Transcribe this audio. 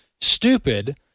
stupid